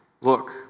Look